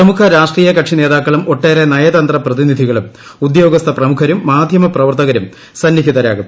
പ്രമുഖ രാഷ്ട്രീയകക്ഷി നേതാക്കളും ഒട്ടേറെ നയതന്ത്ര പ്രതിനിധികളും ഉദ്യോഗസ്ഥ പ്രമുഖരും മാധ്യമ പ്രവർത്തകരും സന്നിഹിതരാകും